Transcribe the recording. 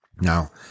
Now